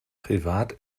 privat